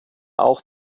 auch